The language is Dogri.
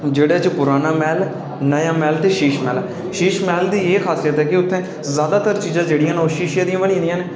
जेह्ड़े च पुराना मैह्ल ऐ ते नया मैह्ल ते शीश मैह्ल ऐ शीश मैह्ल दी एह् खासियत ऐ कि सारी चीजां शीशे दियां बनी दियां न